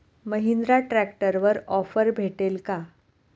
महिंद्रा ट्रॅक्टरवर ऑफर भेटेल का?